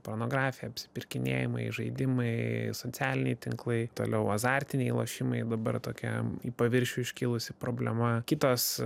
pornografija apsipirkinėjamai žaidimai socialiniai tinklai toliau azartiniai lošimai dabar tokia į paviršių iškilusi problema kitos